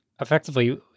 effectively